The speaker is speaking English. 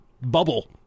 bubble